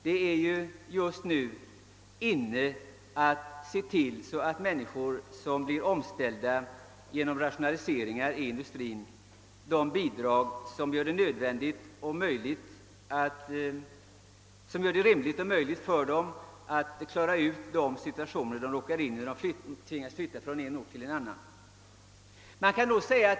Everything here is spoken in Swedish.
Det är just nu »inne» att se till att personer som omflyttas genom rationaliseringar i industrin får bidrag, som gör det möjligt för dem att på ett rimligt sätt klara de situationer de råkar in i när de tvingas flytta från en ort till en annan.